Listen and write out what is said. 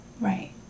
Right